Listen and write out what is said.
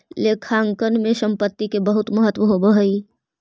लेखांकन में संपत्ति के बहुत महत्व होवऽ हइ